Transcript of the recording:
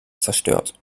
zerstört